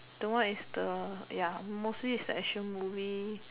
the one is the ya mostly is the action movie